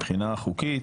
מבחינה חוקית,